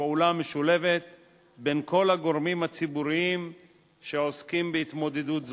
פעולה משולבת בין כל הגורמים הציבוריים שעוסקים בהתמודדות זו.